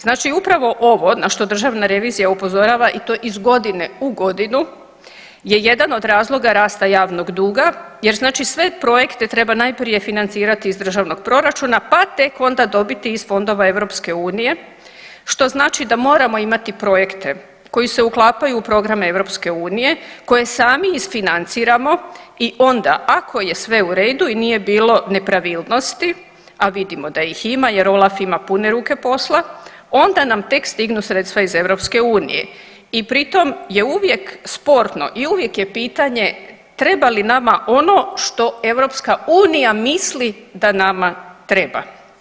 Znači upravo na što Državna revizija upozorava i to iz godine u godinu je jedan od razloga rasta javnog duga jer znači sve projekte treba najprije financirati iz državnog proračuna pa tek onda dobiti iz fondova EU-a, što znači da moramo imati projekte koji se uklapaju u programe EU-a koje sami isfinanciramo i onda ako je sve u redu i nije bilo nepravilnosti, a vidimo da ih ima jer OLAF ima pune ruke posla, onda nam tek stignu sredstva iz EU-a i pritom je uvijek sporno i uvijek je pitanje treba li nama ono što EU misli da nama treba.